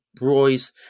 Royce